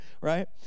right